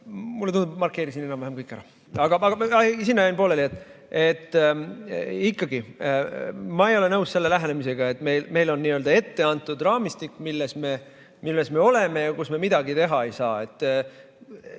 Mulle tundub, et ma markeerisin enam-vähem kõik ära. Ei, sinna jäin pooleli, et ikkagi ma ei ole nõus selle lähenemisega, et meile on n-ö ette antud raamistik, milles me oleme ja kus me midagi teha ei saa.